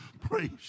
Praise